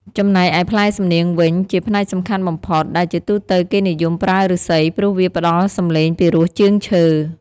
ចំណែកឯផ្លែសំនៀងវិញ ជាផ្នែកសំខាន់បំផុត ដែលជាទូទៅគេនិយមប្រើឫស្សី ព្រោះវាផ្ដល់សំឡេងពីរោះជាងឈើ។